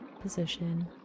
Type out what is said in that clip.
position